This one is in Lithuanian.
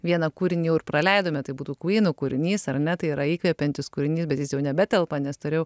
vieną kūrinį praleidome tai būtų kūnų kūrinys ar ne tai yra įkvepiantis kūrinys bet jis jau nebetelpa nes tačiau